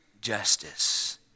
justice